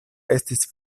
estis